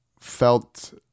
felt